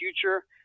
future